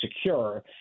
secure